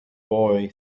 boy